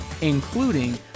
including